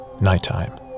nighttime